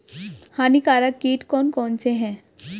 हानिकारक कीट कौन कौन से हैं?